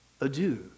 adieu